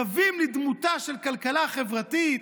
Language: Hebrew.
קווים לדמותה של כלכלה חברתית,